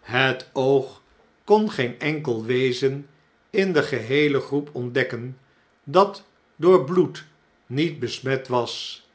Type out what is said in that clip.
het oog kon geen enkel wezen in degeheele groep ontdekken dat door bloed niet besmet was